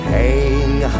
Hang